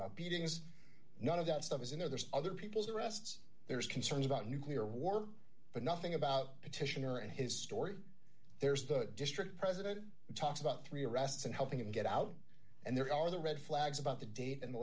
about beatings none of that stuff is in there there's other people's arrests there's concerns about nuclear war but nothing about petitioner in his story there's a district president who talks about three arrests and helping him get out and there are the red flags about the date and the